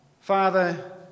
Father